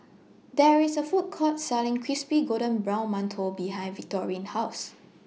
There IS A Food Court Selling Crispy Golden Brown mantou behind Victorine's House